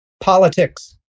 politics